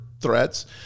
threats